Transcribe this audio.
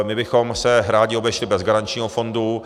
My bychom se rádi obešli bez garančního fondu.